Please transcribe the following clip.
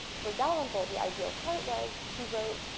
for dalrymple, the ideal chart was he wrote,